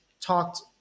talked